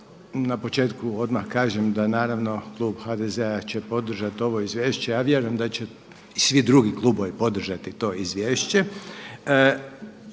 na početku odmah kažem, da naravno klub HDZ-a će podržati ovo izvješće a vjerujem da će i svi drugi klubovi podržati to izvješće.